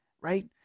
right